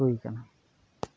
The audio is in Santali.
ᱦᱩᱭᱠᱟᱱᱟ